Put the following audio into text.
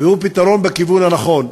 וזה פתרון בכיוון הנכון.